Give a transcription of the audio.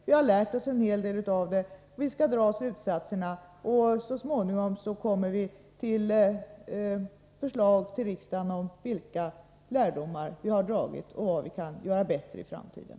Vi har lärt oss en hel del av den. Vi skall dra slutsatserna. Så småningom kommer vi med förslag till riksdagen om vilka lärdomar vi har dragit och vad vi kan göra bättre i framtiden.